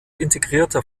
integrierter